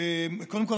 קודם כול,